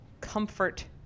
comfort